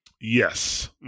yes